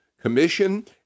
Commission